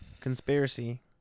conspiracy